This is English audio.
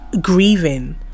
grieving